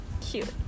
cute